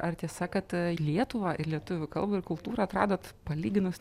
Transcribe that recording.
ar tiesa kad lietuvą ir lietuvių kalbą ir kultūrą atradot palyginus